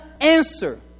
answer